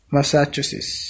Massachusetts